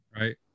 right